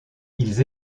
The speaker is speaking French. ils